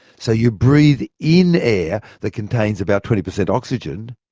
so you breathe in air that contains about twenty per cent oxygen,